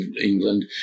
England